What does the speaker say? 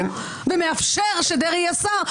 ומאפשר שדרעי יהיה שר,